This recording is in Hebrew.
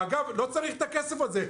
ואגב לא צריך את הכסף הזה.